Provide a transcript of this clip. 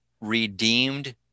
redeemed